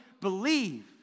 believe